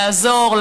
לעזור,